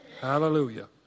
Hallelujah